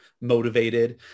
motivated